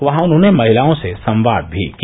वहां उन्होंने महिलाओ से संवाद भी किया